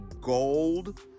gold